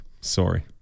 Sorry